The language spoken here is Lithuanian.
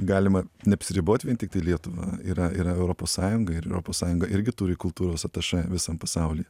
galima neapsiribot vien tiktai lietuva yra yra europos sąjunga ir europos sąjunga irgi turi kultūros atašė visam pasaulyje